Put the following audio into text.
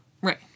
Right